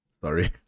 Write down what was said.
Sorry